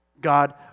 God